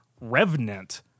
revenant